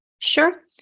Sure